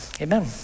Amen